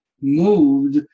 moved